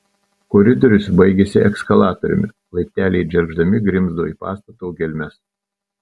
koridorius baigėsi eskalatoriumi laipteliai džergždami grimzdo į pastato gelmes